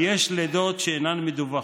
ויש לידות שאינן מדווחות.